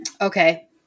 Okay